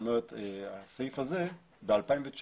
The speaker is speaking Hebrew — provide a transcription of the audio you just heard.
הסעיף הזה, ב-2019